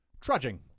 Trudging